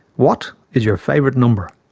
what, is your favourite number?